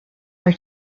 are